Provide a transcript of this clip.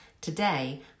Today